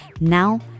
Now